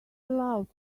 allowed